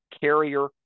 carrier